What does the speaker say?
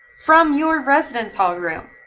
from your residence hall room.